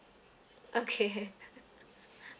okay